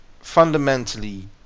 fundamentally